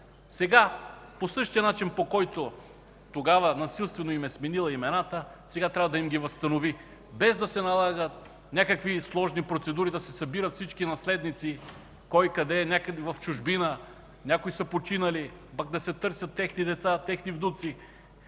Сега по същия начин, по който тогава насилствено им е сменила имената, трябва да им ги възстанови, без да се налагат някакви сложни процедури, да се събират всички наследници кой къде е някъде в чужбина, някои са починали, пък да се търсят техните деца и внуци,